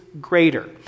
greater